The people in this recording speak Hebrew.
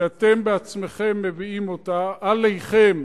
שאתם בעצמכם מביאים אותה עליכם,